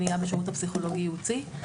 מניעה בשרות הפסיכולוגי ייעוצי.